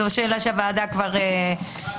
זו שאלה שהוועדה תחליט.